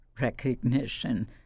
recognition